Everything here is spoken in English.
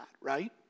right